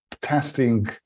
testing